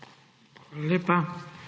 Hvala